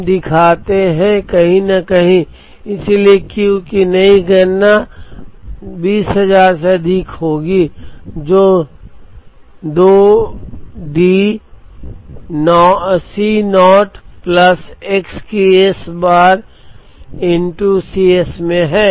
हम दिखाते हैं कि कहीं न कहीं इसलिए Q की नई गणना 20000 से अधिक होगी जो 2 D C naught plus x की S बार ईंटो Cs में है